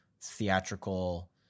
theatrical